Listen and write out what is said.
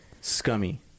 Scummy